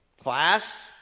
Class